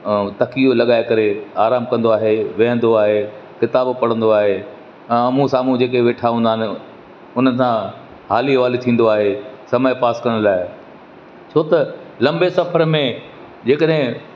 ऐं तकियो लॻाए करे आराम कंदो आहे वेहंदो आहे किताबु पढ़ंदो आहे आम्हूं साम्हूं जेके वेठा हूंदा आहिनि हुननि सां हाली वाली थींदो आहे समय पास करण लाइ छो त लंबे सफ़र में जेकॾहिं